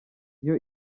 iyo